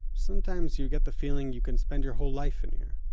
sometimes you get the feeling you can spend your whole life and here.